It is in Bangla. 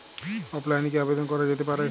অফলাইনে কি আবেদন করা যেতে পারে?